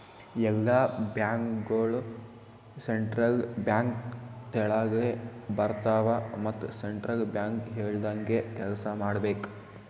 ಎಲ್ಲಾ ಬ್ಯಾಂಕ್ಗೋಳು central bank ತೆಳಗೆ ಬರ್ತಾವ ಮತ್ ಸೆಂಟ್ರಲ್ ಬ್ಯಾಂಕ್ ಹೇಳ್ದಂಗೆ ಕೆಲ್ಸಾ ಮಾಡ್ಬೇಕ್